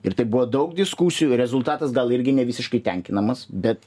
ir tai buvo daug diskusijų rezultatas gal irgi ne visiškai tenkinamas bet